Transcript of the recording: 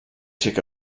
take